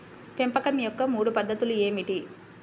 పెంపకం యొక్క మూడు పద్ధతులు ఏమిటీ?